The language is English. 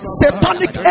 satanic